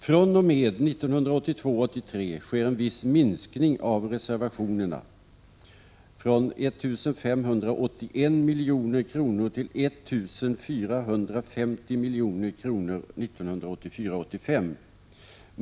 fr.o.m. 1982 85.